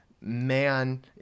man